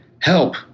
help